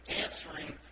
answering